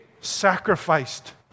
sacrificed